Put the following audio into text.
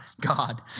God